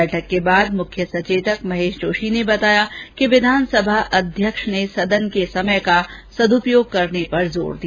बैठक के बाद मुख्य संचेतक महेश जोशी ने बताया कि विधानसभा अध्यक्ष ने सदन के समय का सद्पर्योग करने पर जोर दिया